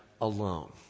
alone